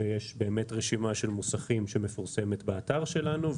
ויש רשימה של מוסכים שמפורסמת באתר שלנו.